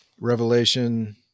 revelation